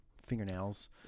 fingernails